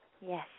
Yes